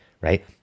right